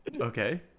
Okay